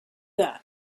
that